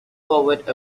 forward